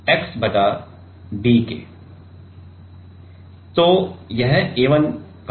तो यह A 1 कहाँ से आ रहा है